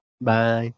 Bye